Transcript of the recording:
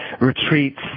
retreats